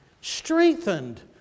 strengthened